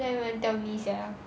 mine never even tell me sia